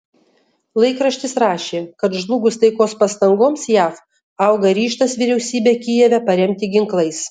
laikraštis rašė kad žlugus taikos pastangoms jav auga ryžtas vyriausybę kijeve paremti ginklais